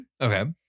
Okay